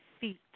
feet